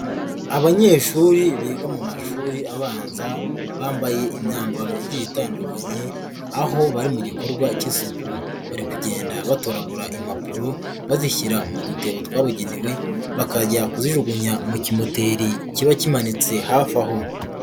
Abanyeshuri biga mu mashuri abanza bambaye imyambaro igiye itandukanye aho bari mu gikorwa cy'isuku, bari kugenda batoragura impapuro bazishyira mu dutebo twabugenewe bakajya kuzijugunya mu kimoteri kiba kimanitse hafi aho.